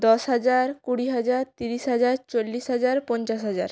দশ হাজার কুড়ি হাজার তিরিশ হাজার চল্লিশ হাজার পঞ্চাশ হাজার